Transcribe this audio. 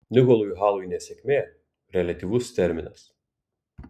nikolui halui nesėkmė reliatyvus terminas